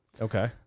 Okay